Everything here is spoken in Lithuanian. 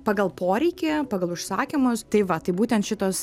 pagal poreikį pagal užsakymus tai va tai būtent šitos